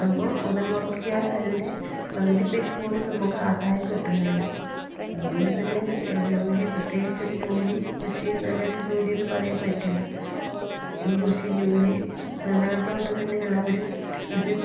നമ്മൾ മുതൽ മുടക്കിയാൽ അതിൻ്റെ പകുതി പൈസ പോലും നമുക്ക് ആദായം കിട്ടുന്നില്ല അതുകൊണ്ട് തന്നെ ജോലി പ്രത്യേകിച്ചൊരു ജോലി കൃഷീന്നുള്ളൊരു ജോലീന്ന് പറയാൻ പറ്റില്ല ഈ കൃഷി ജോലി അല്ലാത്ത കൊണ്ട് തന്നെ എല്ലാവരും ഇത്